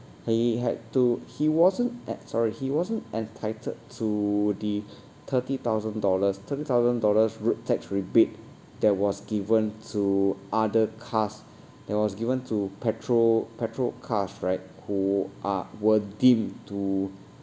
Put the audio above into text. he had to he wasn't at~ sorry he wasn't entitled to the thirty thousand dollars thirty thousand dollars road tax rebate that was given to other cars that was given to petrol petrol cars right who are were deemed to